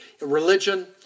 Religion